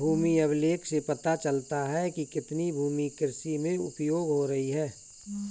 भूमि अभिलेख से पता चलता है कि कितनी भूमि कृषि में उपयोग हो रही है